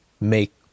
make